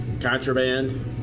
Contraband